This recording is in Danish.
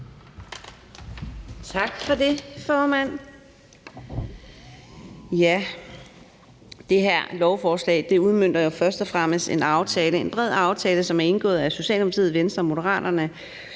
Tak for det, formand.